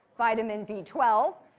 vitamin b twelve.